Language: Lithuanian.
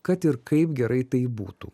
kad ir kaip gerai tai būtų